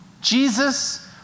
Jesus